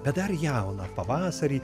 bet dar jauną pavasarį